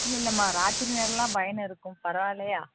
இல்லை இல்லைம்மா ராத்திரி நேரம்லாம் பயணம் இருக்கும் பரவாயில்லையா